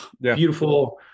Beautiful